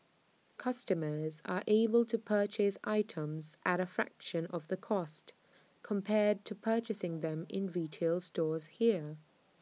customers are able to purchase items at A fraction of the cost compared to purchasing them in retail stores here